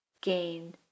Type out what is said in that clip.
gain